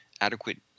adequate